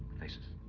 faces